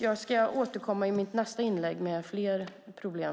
Jag återkommer i nästa inlägg med fler problem.